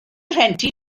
rhentu